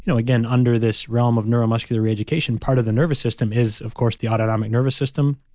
you know again, under this realm of neuromuscular reeducation, part of the nervous system is, of course the autonomic nervous system,